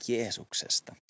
Jeesuksesta